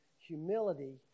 humility